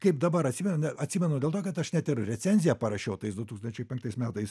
kaip dabar atsimenu atsimenu dėl to kad aš net ir recenziją parašiau tais du tūkstančiai penktais metais